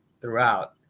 throughout